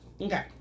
okay